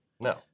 No